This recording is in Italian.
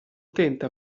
utente